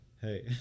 hey